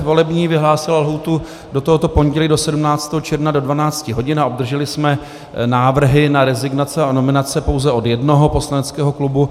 Volební komise vyhlásila lhůtu do tohoto pondělí 17. června do 12 hodin a obdrželi jsme návrhy na rezignace a nominace pouze od jednoho poslaneckého klubu.